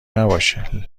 نباشه